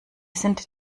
sind